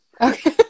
Okay